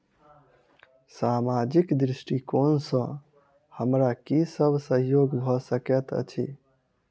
सामाजिक दृष्टिकोण सँ हमरा की सब सहयोग भऽ सकैत अछि?